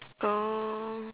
oh